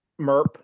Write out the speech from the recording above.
Merp